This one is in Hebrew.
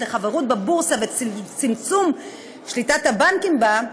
לחברות בבורסה וצמצום שליטת הבנקים בה,